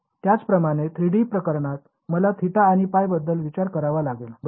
त्याचप्रमाणे 3D प्रकरणात मला θ आणि π बद्दल विचार करावा लागेल बरोबर